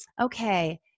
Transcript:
okay